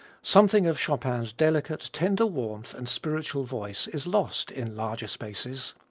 something of chopin's delicate, tender warmth and spiritual voice is lost in larger spaces.